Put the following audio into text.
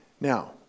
Now